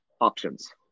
options